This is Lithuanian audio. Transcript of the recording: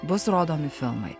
bus rodomi filmai